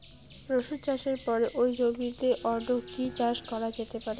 রসুন চাষের পরে ওই জমিতে অন্য কি চাষ করা যেতে পারে?